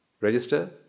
register